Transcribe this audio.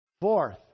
Fourth